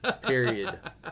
Period